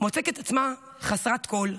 מוצאת את עצמה חסרת כול,